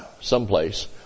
someplace